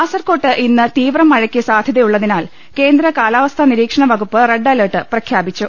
കാസർകോട്ട് ഇന്ന് തീവ്ര മഴയ്ക്ക് സാധൃതയുള്ളതിനാൽ കേന്ദ്ര കാലാവസ്ഥാ നിരീക്ഷണ വകുപ്പ് റെഡ് അലർട്ട് പ്രഖ്യാ പിച്ചു